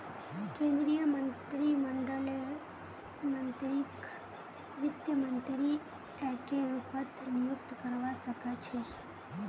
केन्द्रीय मन्त्रीमंडललेर मन्त्रीकक वित्त मन्त्री एके रूपत नियुक्त करवा सके छै